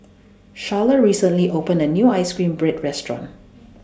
Charla recently opened A New Ice Cream Bread Restaurant